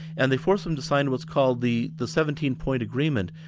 and they forced them to sign what's called the the seventeen point agreement,